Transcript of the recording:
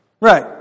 Right